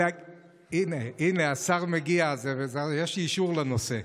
הינה, השר מגיע, אז יש אישור לנושא,